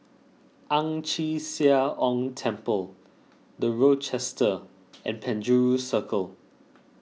Ang Chee Sia Ong Temple the Rochester and Penjuru Circle